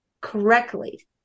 correctly